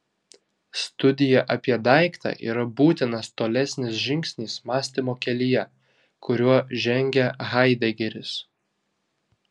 studija apie daiktą yra būtinas tolesnis žingsnis mąstymo kelyje kuriuo žengia haidegeris